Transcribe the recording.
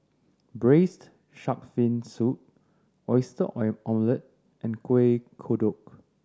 Braised Shark Fin Soup oyster oil omelette and Kueh Kodok